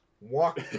walk